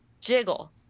Jiggle